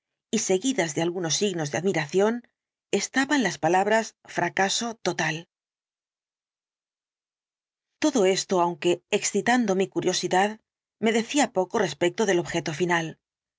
y seguidas de algunos signos de admiración estaban las palabras fracaso total todo esto aunque excitando mi curiosidad me decía poco respecto del objeto final